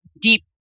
deep